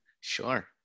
Sure